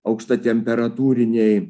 aukšta temperatūriniai